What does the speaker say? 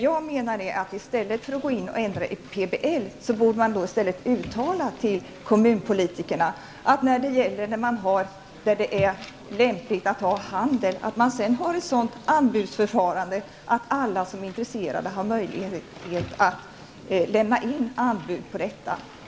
Jag menar att man i stället för att ändra i PBL borde införa ordningen att kommunalpolitikerna uttalar var det är lämpligt att ha handel och sedan tillämpar ett sådant anbudsförfarande att alla som är intresserade har möjlighet att lämna in anbud för detta.